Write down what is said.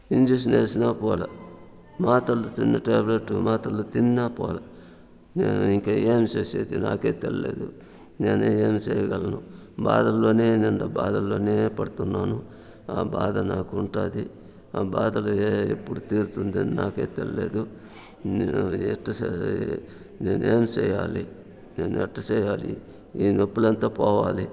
injection వేసినా పోలేదు మాత్రలు తిన్న టాబ్లెట్ మాతర్లు తిన్నా పోలేదు నేను ఇంకా ఏమి చేసేది నాకే తెలీలేదు నేను ఏమి చేయగలను బాధల్లోనే నేను బాధల్లోనే పడుతున్నాను ఆ బాధ నాకు ఉంటుంది ఆ బాధలు ఎప్పుడు తీరుతుందో నాకే తెలీలేదు నేను ఎట్టా నేను ఏమి చెయ్యాలి నేను ఎలా చెయ్యాలి ఈ నొప్పులు అంతా పోవాలి